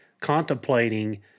contemplating